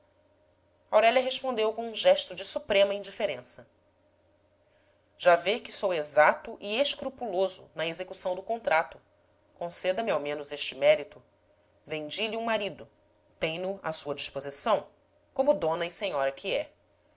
aurélia respondeu com um gesto de suprema indiferença já vê que sou exato e escrupuloso na execução do contrato conceda me ao menos este mérito vendi lhe um marido tem no à sua disposição como dona e senhora que é